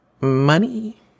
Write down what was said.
money